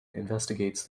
investigates